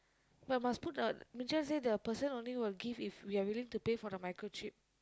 but must put the say the person only will give if we are willing to pay for the micro chip